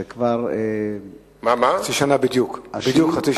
זה כבר, חצי שנה בדיוק, בדיוק חצי שנה.